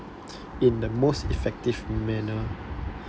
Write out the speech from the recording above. in the most effective manner